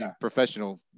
professional